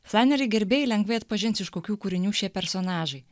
flaneri gerbėjai lengvai atpažins iš kokių kūrinių šie personažai